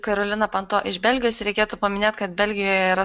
karolina panto iš belgijos ir reikėtų paminėt kad belgijoje yra